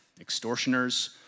extortioners